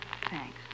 Thanks